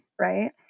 right